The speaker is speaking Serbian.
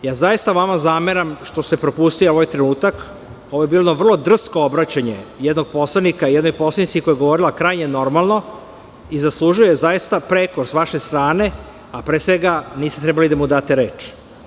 Ja zaista vama zameram što ste propustili ovaj trenutak, jer je ovo bilo vrlo drsko obraćanje jednog poslanika jednoj poslanici koja je govorila krajnje normalno i zaslužuje prekor s vaše strane, a pre svega niste trebali da mu date reč.